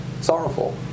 Sorrowful